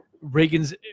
Reagan's